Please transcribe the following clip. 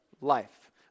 life